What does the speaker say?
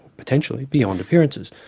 potentially beyond appearances.